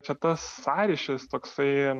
čia tas sąryšis toksai